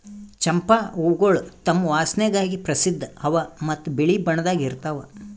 ಚಂಪಾ ಹೂವುಗೊಳ್ ತಮ್ ವಾಸನೆಗಾಗಿ ಪ್ರಸಿದ್ಧ ಅವಾ ಮತ್ತ ಬಿಳಿ ಬಣ್ಣದಾಗ್ ಇರ್ತಾವ್